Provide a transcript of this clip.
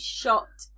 shot